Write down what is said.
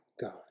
God